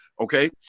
okay